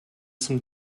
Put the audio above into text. zum